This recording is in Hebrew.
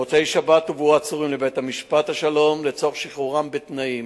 במוצאי-שבת הובאו העצורים לבית-משפט השלום לצורך שחרורם בתנאים.